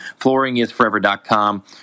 FlooringisForever.com